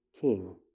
king